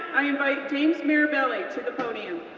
i invite james mirabelli to the podium.